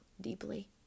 deeply